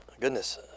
goodness